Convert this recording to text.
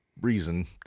reason